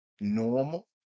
normal